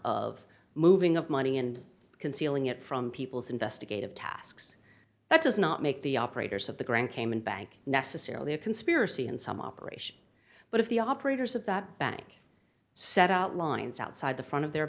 of moving up money and concealing it from people's investigative tasks that does not make the operators of the grand cayman bank necessarily a conspiracy in some operation but if the operators of that bank set out lines outside the front of their